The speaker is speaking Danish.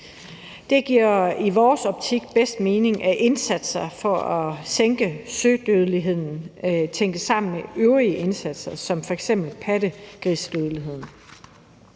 Det giver i vores optik bedst mening, at indsatser for at sænke sødødeligheden tænkes sammen med øvrige indsatser som f.eks. pattegrisedødeligheden.